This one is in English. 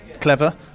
Clever